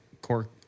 core